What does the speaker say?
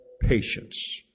patience